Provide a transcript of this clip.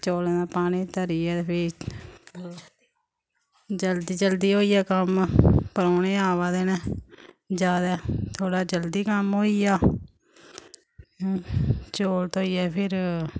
चौलें दा पानी धरियै फ्ही जल्दी जल्दी होई गेआ कम्म परौह्ने आवा दे न जादा थोह्ड़ा जल्दी कम्म होई गेआ चौल धोइयै फिर